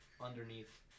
underneath